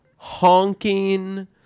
Honking